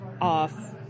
off